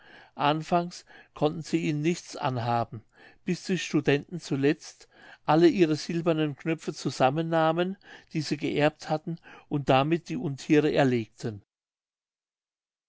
anfangs konnten sie ihnen nichts anhaben bis die studenten zuletzt alle ihre silbernen knöpfe zusammennahmen die sie geerbt hatten und damit die unthiere erlegten